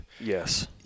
Yes